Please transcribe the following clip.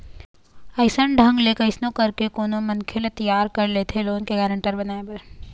अइसन ढंग ले कइसनो करके कोनो मनखे ल तियार कर लेथे लोन के गारेंटर बनाए बर